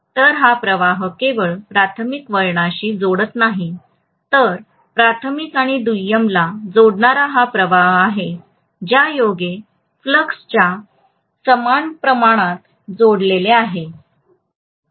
तर हा प्रवाह केवळ प्राथमिक वळणशी जोडत नाही तर प्राथमिक आणि दुय्यमला जोडणारा हा प्रवाह आहे ज्यायोगे फ्लक्सच्या समान प्रमाणात जोडलेले आहेत